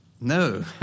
no